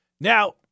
Now